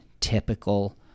typical